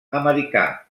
americà